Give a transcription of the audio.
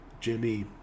Jimmy